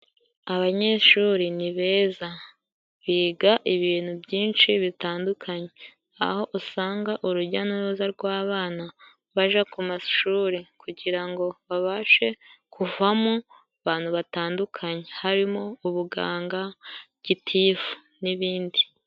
Abanyeshuri ni beza biga ibintu byinshi bitandukanye, aho usanga urujya n'uruza rw'abana baja ku mashuri, kugira ngo babashe kuvamo abantu batandukanye, harimo ubuganga gitifu n'ibindi.